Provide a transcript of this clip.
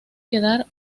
quedar